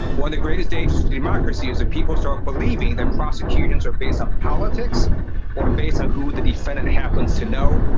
when the greatest danger to democracy is that people start believing that prosecutions are based on politics or and based on who the defendant happens to know.